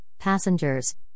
passengers